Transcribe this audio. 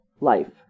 life